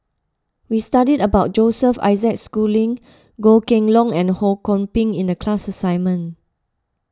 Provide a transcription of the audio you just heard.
we studied about Joseph Isaac Schooling Goh Kheng Long and Ho Kwon Ping in the class assignment